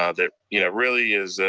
ah that you know really is,